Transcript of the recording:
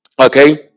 Okay